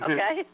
Okay